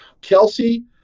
Kelsey